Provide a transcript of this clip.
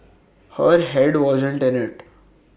her Head wasn't in IT